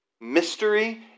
Mystery